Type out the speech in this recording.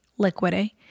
liquidy